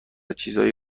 چیزایی